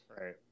Right